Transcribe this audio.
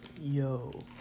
Yo